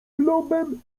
globem